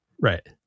right